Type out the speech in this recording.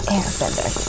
Airbender